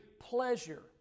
pleasure